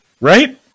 Right